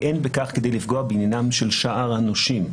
אין בכך כדי לפגוע בעניינים של שאר הנושים".